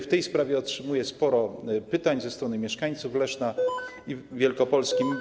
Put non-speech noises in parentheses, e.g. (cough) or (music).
W tej sprawie otrzymuję sporo pytań ze strony mieszkańców Leszna (noise) i Wielkopolski.